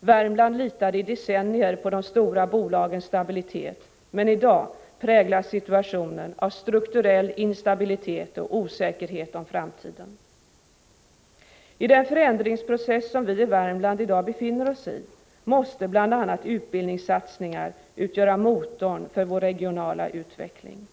Värmland litade i decennier på de stora bolagens stabilitet, men i dag präglas situationen av strukturell instabilitet och osäkerhet om framtiden. I den förändringsprocess som vi i Värmland i dag befinner oss i måste bl.a. utbildningssatsningar utgöra motorn för vår regionala utveckling.